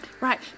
Right